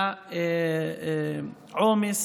לעומס